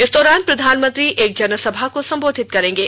इस दौरान प्रधानमंत्री एक जनसभा को संबोधित करेंगे